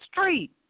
street